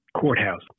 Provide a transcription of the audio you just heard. courthouse